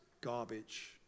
garbage